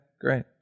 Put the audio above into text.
great